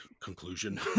conclusion